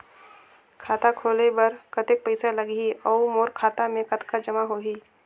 खाता खोले बर कतेक पइसा लगही? अउ मोर खाता मे कतका जमा होही?